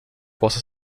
possa